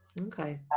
Okay